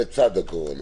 לצד הקורונה.